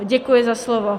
Děkuji za slovo.